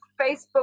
Facebook